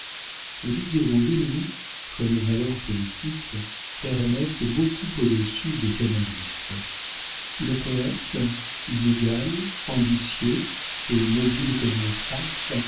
le duc d'hérouville mit comme valeur politique ernest beaucoup au-dessus de canalis le poëte inégal ambitieux et mobile comme le tasse